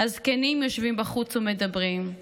/ הזקנים יושבים בחוץ ומדברים.